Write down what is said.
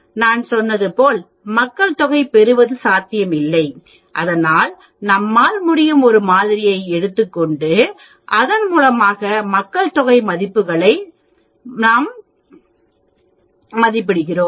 நான் சொன்னது போல் மக்கள்தொகை பெறுவது சாத்தியமில்லை அதனால் நம்மால் முடியும் ஒரு மாதிரியை மட்டும் எடுத்துக்கொண்டு அதன் மூலமாக மக்கள் தொகை மதிப்புகளை மதிப்பிடுகிறோம்